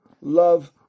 love